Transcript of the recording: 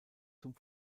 zum